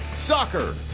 Soccer